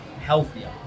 healthier